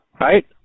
right